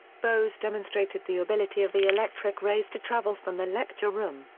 bose demonstrated the ability of the electric rays to travel from the lecture room,